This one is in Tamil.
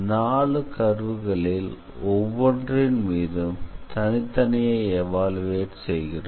4 கர்வ் களில் ஒவ்வொன்றின் மீதும் தனித்தனியே எவாலுயுயேட் செய்கிறோம்